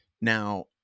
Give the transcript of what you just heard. now